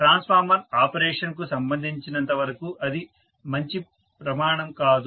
transformer operation కు సంబంధించినంత వరకు అది మంచి ప్రమాణం కాదు